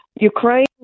Ukraine